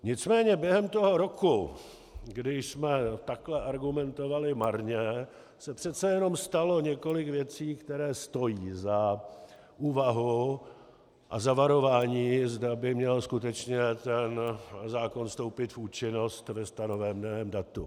Nicméně během toho roku, kdy jsme takhle argumentovali marně, se přece jenom stalo několik věcí, které stojí za úvahu a za varování, zda by měl skutečně ten zákon vstoupit v účinnost ve stanoveném datu.